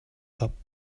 topped